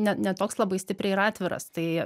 ne ne toks labai stipriai ir atviras tai